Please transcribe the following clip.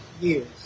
years